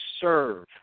serve